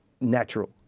natural